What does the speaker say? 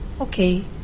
okay